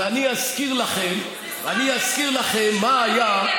ואני אזכיר לכם, אני אזכיר לכם מה היה,